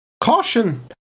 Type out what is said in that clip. Caution